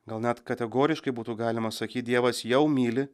gal net kategoriškai būtų galima sakyt dievas jau myli